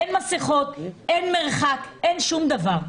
אין מסכות, אין מרחק, אין שום דבר.